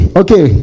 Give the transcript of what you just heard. okay